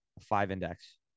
five-index